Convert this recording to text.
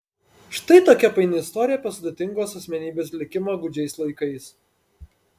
štai tokia paini istorija apie sudėtingos asmenybės likimą gūdžiais laikais